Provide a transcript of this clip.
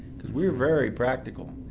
cause we were very practical.